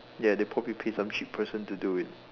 ya they probably pay some cheap person to do it